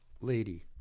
lady